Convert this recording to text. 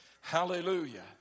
Hallelujah